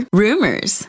rumors